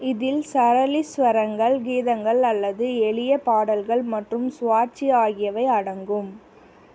இதில் சரளி ஸ்வரங்கள் கீதங்கள் அல்லது எளிய பாடல்கள் மற்றும் சுவாட்ச்சி ஆகியவை அடங்கும்